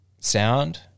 sound